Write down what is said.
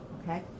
okay